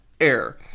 air